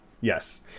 Yes